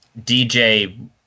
DJ